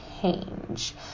change